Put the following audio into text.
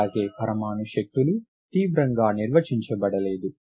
అలాగే పరమాణు శక్తులు తీవ్రంగా నిర్వచించబడలేదు